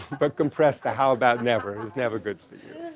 but compressed to how about never is never good for you?